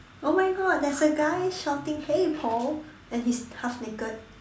oh my god there's a guy shouting hey Paul and he's half naked